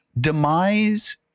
Demise